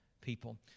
people